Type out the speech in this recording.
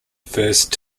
first